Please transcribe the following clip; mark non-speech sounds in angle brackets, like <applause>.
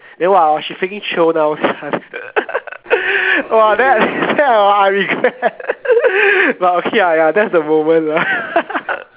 then !wah! she freaking chio now sia <laughs> !wah! then I then I regret <laughs> but okay ah ya that's the moment lah <laughs>